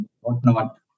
whatnot